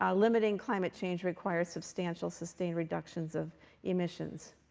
um limiting climate change requires substantial sustained reductions of emissions.